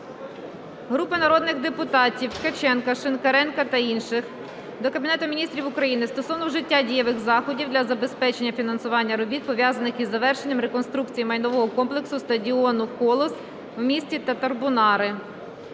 Групи народних депутатів (Ткаченка, Шинкаренка та інших) до Кабінету Міністрів України стосовно вжиття дієвих заходів для забезпечення фінансування робіт пов'язаних із завершенням реконструкції майнового комплексу стадіону "Колос" у місті Татарбунари.